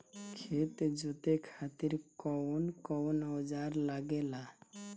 खेत जोते खातीर कउन कउन औजार लागेला?